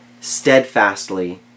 steadfastly